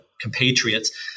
compatriots